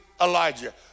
Elijah